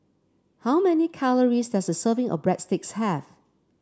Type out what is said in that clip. how many calories does a serving of Breadsticks have